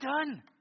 done